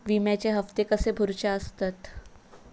विम्याचे हप्ते कसे भरुचे असतत?